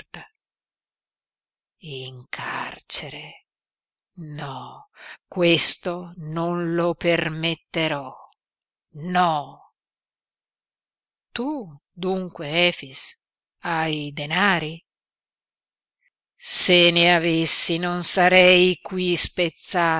in carcere no questo non lo permetterò no tu dunque efix hai denari se ne avessi non sarei qui